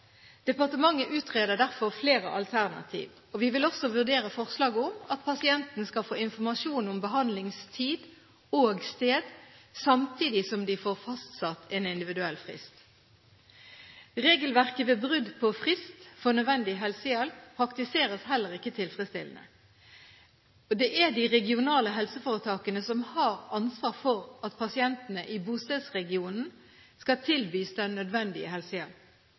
Departementet utreder derfor flere alternativ. Vi vil også vurdere forslaget om at pasienten skal få informasjon om behandlingstid og -sted samtidig som de får fastsatt en individuell frist. Regelverket ved brudd på frist for nødvendig helsehjelp praktiseres heller ikke tilfredsstillende. Det er de regionale helseforetakene som har ansvar for at pasientene i bostedsregionen skal tilbys den nødvendige helsehjelp.